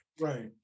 Right